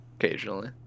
Occasionally